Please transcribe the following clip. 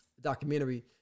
documentary